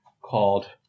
called